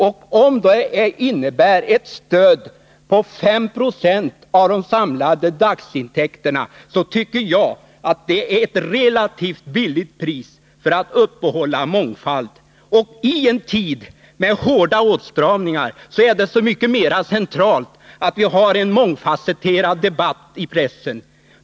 Ett stöd som kostar 5 96 av de samlade dagsintäkterna tycker jag är ett relativt lågt pris för att uppehålla mångfald. I en tid med hårda åtstramningar är det så mycket mer centralt att vi har en mångfasetterad debatt i pressen.